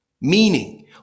meaning